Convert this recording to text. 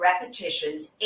repetitions